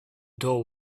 door